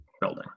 building